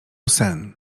sen